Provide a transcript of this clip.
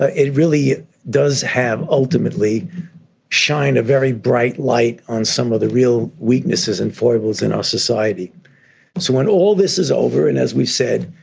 ah it really does have ultimately shine a very bright light on some of the real weaknesses and foibles in our society. so when all this is over and as we said,